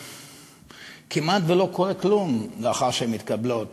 כמעט לא קורה כלום לאחר שמתקבלות